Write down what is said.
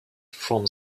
from